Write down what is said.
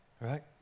Right